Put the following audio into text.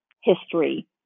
history